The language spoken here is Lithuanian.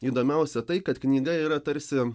įdomiausia tai kad knyga yra tarsi